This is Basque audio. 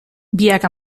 biak